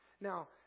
Now